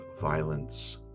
violence